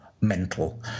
Mental